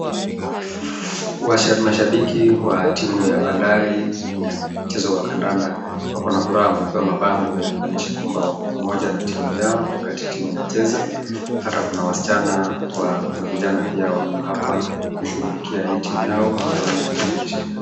Mashabiki wa timu ya Bandari ya mchezo wa kandanda wako na furaha na mabango ya kuonyesha wako pamoja na timu yao wakati timu inacheza. Hata kuna wasichana na kuna vijana pia wako hapa kushughulikia hii timu yao waone imeshinda.